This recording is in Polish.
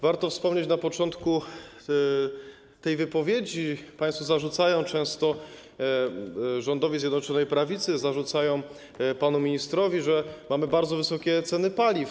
Warto wspomnieć na początku tej wypowiedzi o tym, że państwo zarzucają często rządowi Zjednoczonej Prawicy, panu ministrowi, że mamy bardzo wysokie ceny paliw.